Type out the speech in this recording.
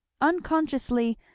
Unconsciously